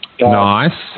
Nice